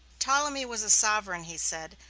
ptolemy was a sovereign, he said,